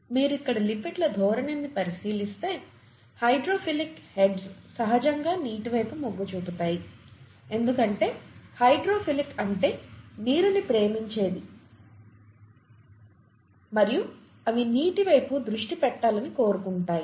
మీరు ఇక్కడ లిపిడ్ల ధోరణిని పరిశీలిస్తే హైడ్రోఫిలిక్ హెడ్స్ సహజంగా నీటి వైపు మొగ్గు చూపుతాయి ఎందుకంటే హైడ్రోఫిలిక్ అంటే నీరుని ప్రేమించేది మరియు అవి నీటి వైపు దృష్టి పెట్టాలని కోరుకుంటాయి